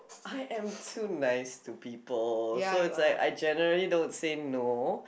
I am to nice to people so it's like I generally don't say no